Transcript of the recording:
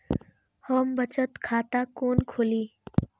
हम बचत खाता कोन खोली?